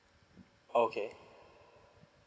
okay